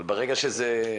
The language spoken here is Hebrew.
אבל זה יעבור.